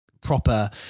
proper